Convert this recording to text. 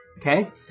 okay